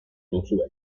duzue